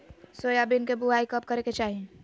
Soybean के बुआई कब करे के चाहि?